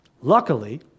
Luckily